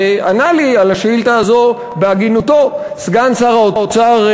וענה על השאילתה הזו בהגינותו סגן שר האוצר,